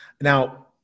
Now